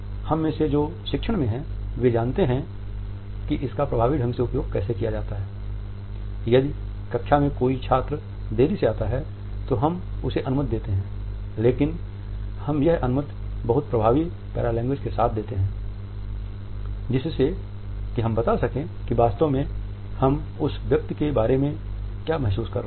हम में से जो शिक्षण में हैं वे जानते हैं कि इसका प्रभावी ढंग से उपयोग कैसे किया जाता है यदि कक्षा में कोई देर से आता है तो हम उसे अनुमति देते लेकिन हम यह अनुमति बहुत प्रभावी पैरालेंग्वेज के साथ देंगे जिससे कि हम बता सकें कि वास्तव में हम उस व्यक्ति के बारे में क्या महसूस कर रहे हैं